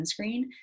sunscreen